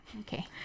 okay